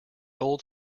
old